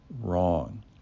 wrong